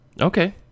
okay